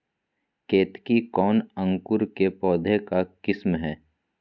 केतकी कौन अंकुर के पौधे का किस्म है?